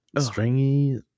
stringy